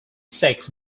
sex